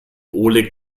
oleg